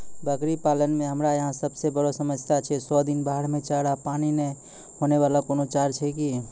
बकरी पालन मे हमरा यहाँ सब से बड़ो समस्या छै सौ दिन बाढ़ मे चारा, पानी मे होय वाला कोनो चारा छै कि?